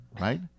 right